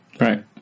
Right